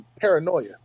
paranoia